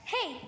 Hey